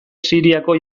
siriako